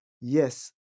Yes